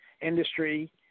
industry